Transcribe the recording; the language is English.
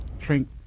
drink